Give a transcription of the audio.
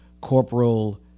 Corporal